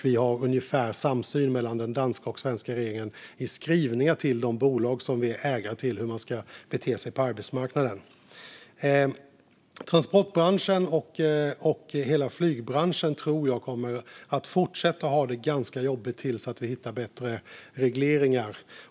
Vi har ungefär samsyn mellan den danska och den svenska regeringen i skrivningar till de bolag som vi är ägare till när det gäller hur man ska bete sig på arbetsmarknaden. Jag tror att transportbranschen och hela flygbranschen kommer att fortsätta att ha det ganska jobbigt tills vi hittar bättre regleringar.